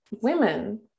women